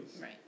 right